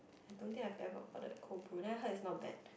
I don't think I've ever ordered cold brew then I heard it's not bad